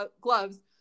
gloves